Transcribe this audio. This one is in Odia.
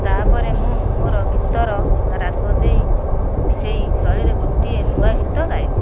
ତା'ପରେ ମୁଁ ମୋର ଗୀତର ରାଗ ଦେଇ ସେହି ସ୍ୱରରେ ଗୋଟିଏ ନୂଆ ଗୀତ ଗାଇଲି